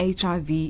HIV